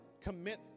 commit